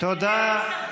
כל הכבוד לך, איילת.